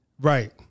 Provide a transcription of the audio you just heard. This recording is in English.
Right